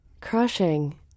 Crushing